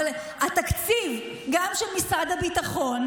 אבל התקציב, גם של משרד הביטחון,